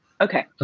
Okay